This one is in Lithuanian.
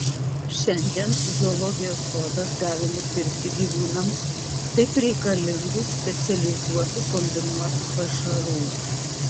šiandien zoologijos sodas gali nupirkti gyvūnams taip reikalingų specializuotų kombinuotų pašarų